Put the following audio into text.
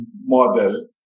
model